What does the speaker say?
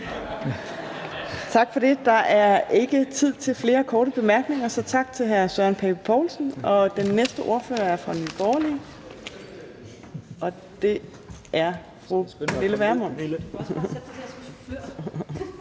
Tak for det. Der er ikke tid til flere korte bemærkninger, så tak til hr. Søren Pape Poulsen. Og den næste ordfører er fra Nye Borgerlige, og det er fru Pernille Vermund.